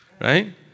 right